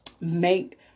make